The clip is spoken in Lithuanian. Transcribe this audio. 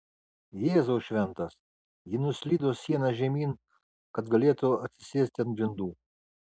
jėzau šventas ji nuslydo siena žemyn kad galėtų atsisėsti ant grindų